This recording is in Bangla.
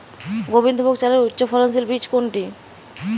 গোবিন্দভোগ চালের উচ্চফলনশীল বীজ কোনটি?